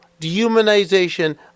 dehumanization